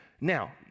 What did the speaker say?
Now